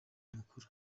mukuru